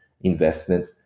investment